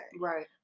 Right